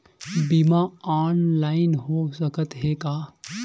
बीमा ऑनलाइन हो सकत हे का?